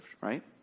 right